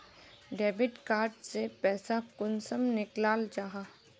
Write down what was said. Debit card से पैसा कुंसम निकलाल जाहा?